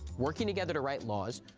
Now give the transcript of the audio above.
working together to write laws,